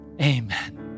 Amen